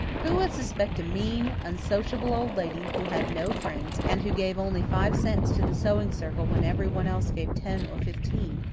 who would suspect a mean, unsociable old lady, who had no friends, and who gave only five cents to the sewing circle when everyone else gave ten or fifteen,